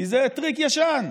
כי זה טריק ישן.